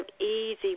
easy